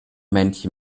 männchen